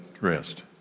rest